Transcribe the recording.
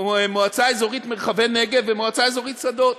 במועצה אזורית מרחבי-נגב ובמועצה אזורית שדות,